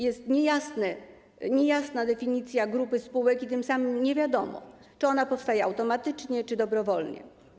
Jest niejasna definicja grupy spółek i tym samym nie wiadomo, czy ona powstaje automatycznie czy dobrowolnie.